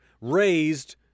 raised